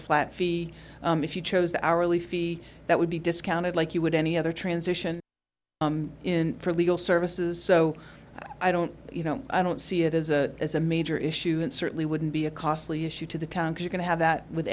flat fee if you chose the hourly fee that would be discounted like you would any other transition in for legal services so i don't you know i don't see it as a as a major issue and certainly wouldn't be a costly issue to the going to have that with